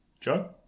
Joe